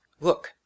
Look